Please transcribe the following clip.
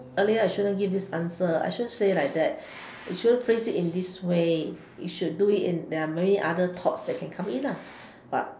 earlier I shouldn't give this answer I shouldn't say like that which you shouldn't phrase it in this way you should do it in there are many other thoughts that can come in ah but